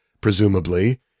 presumably